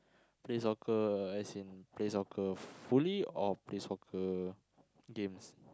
play soccer as in play soccer fully or play soccer games